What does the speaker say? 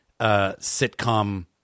sitcom